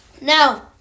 Now